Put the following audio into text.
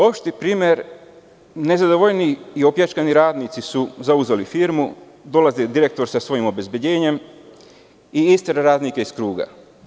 Opšti primer, nezadovoljni i opljačkani radnici su zauzeli firmu, dolazi direktor sa svojim obezbeđenjem i istera radnike iz kruga.